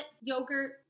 yogurt